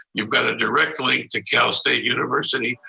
you've got a direct link to cal state university,